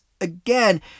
again